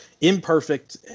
imperfect